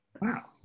Wow